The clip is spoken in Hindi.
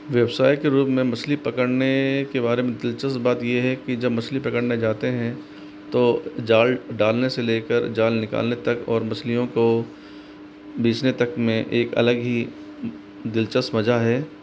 व्यवसाय के रूप में मछली पकड़ने के बारे में दिलचस्प बात यह है कि जब मछली पकड़ने जाते हैं तो जाल डालने से लेकर जाल निकालने तक और मछलियों को बेचने तक में एक अलग ही दिलचस्प मजा है